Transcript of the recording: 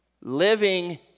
living